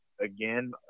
again